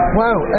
wow